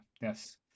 yes